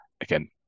again